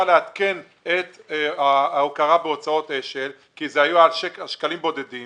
לעדכן את ההכרה בהוצאות אש"ל כי אז היו שקלים בודדים